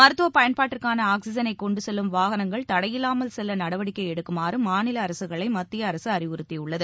மருத்துவப் பயன்பாட்டிற்கான ஆக்சிஜனை கொண்டு செல்லும் வாகனங்கள் தடையில்லாமல் செல்ல நடவடிக்கை எடுக்குமாறு மாநில அரசுகளை மத்திய அரசு அறிவுறுத்தியுள்ளது